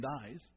dies